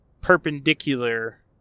perpendicular